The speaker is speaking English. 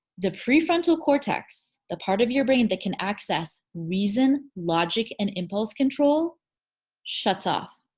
the prefrontal cortex the part of your brain that can access reason logic and impulse control shuts off.